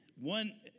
one